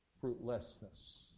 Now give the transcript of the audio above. fruitlessness